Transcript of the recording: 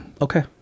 okay